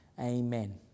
amen